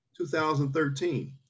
2013